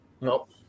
nope